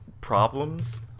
problems